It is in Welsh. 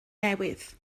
newydd